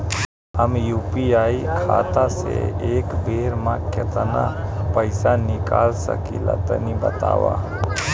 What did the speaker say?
हम यू.पी.आई खाता से एक बेर म केतना पइसा निकाल सकिला तनि बतावा?